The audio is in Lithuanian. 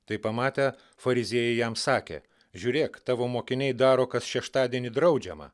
tai pamatę fariziejai jam sakė žiūrėk tavo mokiniai daro kas šeštadienį draudžiama